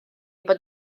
bod